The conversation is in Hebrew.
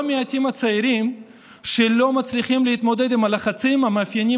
צעירים לא מעטים לא מצליחים להתמודד עם הלחצים המאפיינים